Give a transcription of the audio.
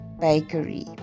bakery